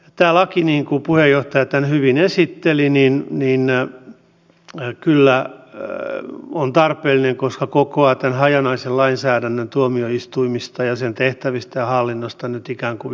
tämä laki niin kuin puheenjohtaja tämän hyvin esitteli on kyllä tarpeellinen koska se kokoaa tämän hajanaisen lainsäädännön tuomioistuimista ja sen tehtävistä ja hallinnosta nyt ikään kuin yhteen lakiin